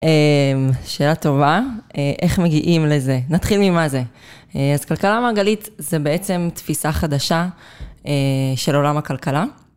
שאלה טובה, איך מגיעים לזה? נתחיל ממה זה. אז כלכלה מעגלית זה בעצם תפיסה חדשה של עולם הכלכלה